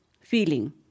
feeling